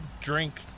drink